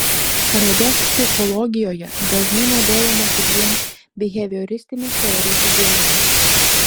raidos psichologijoje dažnai naudojamasi dviem bihevioristinės teorijos idėjomis